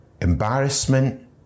embarrassment